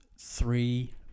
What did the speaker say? Three